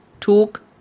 talk